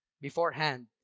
Beforehand